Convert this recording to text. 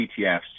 ETFs